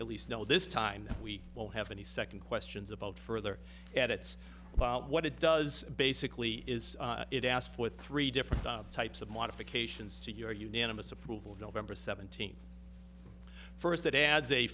at least know this time that we won't have any second questions about further edits about what it does basically is it asked for three different types of modifications to your unanimous approval of november seventeenth first it adds a